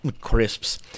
crisps